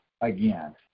again